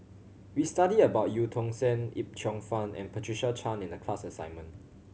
we studied about Eu Tong Sen Yip Cheong Fun and Patricia Chan in the class assignment